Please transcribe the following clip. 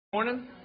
Morning